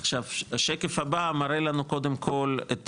עכשיו השקף הבא מראה לנו קודם כל את